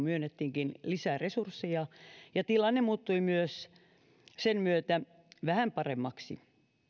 myönnettiinkin lisää resursseja ja tilanne muuttui myös sen myötä vähän paremmaksi